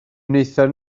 wnaethon